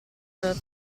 della